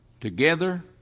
Together